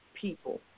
people